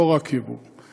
לא רק יבוא.